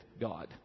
God